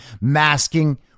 masking